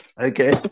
Okay